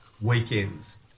weekends